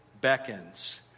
beckons